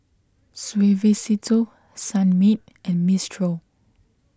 Suavecito Sunmaid and Mistral